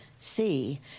See